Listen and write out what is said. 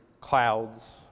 clouds